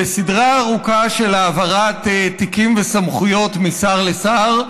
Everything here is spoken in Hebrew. בסדרה ארוכה של העברת תיקים וסמכויות משר לשר,